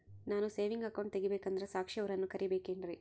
ನಾನು saving account ತೆಗಿಬೇಕಂದರ ಸಾಕ್ಷಿಯವರನ್ನು ಕರಿಬೇಕಿನ್ರಿ?